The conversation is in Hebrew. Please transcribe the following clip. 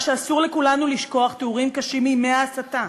שאסור לכולנו לשכוח תיאורים קשים מימי ההסתה,